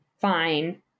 fine